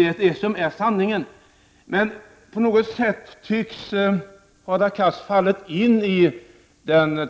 Det är det som är sanning! Men på något sätt tycks Hardar Cars ha fallit in i den